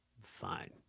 fine